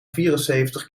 vierenzeventig